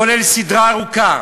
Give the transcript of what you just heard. כולל סדרה ארוכה